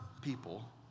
people